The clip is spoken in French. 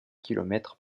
kilomètres